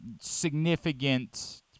significant